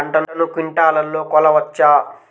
పంటను క్వింటాల్లలో కొలవచ్చా?